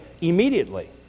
immediately